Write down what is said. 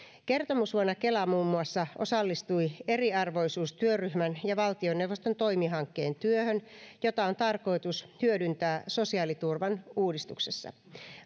kertomusvuonna kela muun muassa osallistui eriarvoisuustyöryhmän ja valtioneuvoston toimi hankkeen työhön jota on tarkoitus hyödyntää sosiaaliturvan uudistuksessa